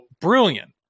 brilliant